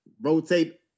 rotate